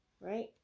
Right